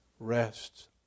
Rests